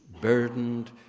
burdened